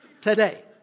today